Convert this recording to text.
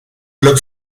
club